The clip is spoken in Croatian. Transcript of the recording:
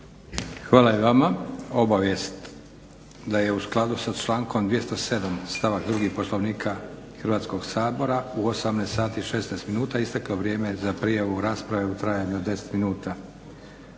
Hvala i vama. Obavijest da je u skladu sa člankom 207. stavak 2. Poslovnika Hrvatskoga sabora u 18,16 isteklo vrijeme za prijavu rasprave u trajanju od 10 minuta.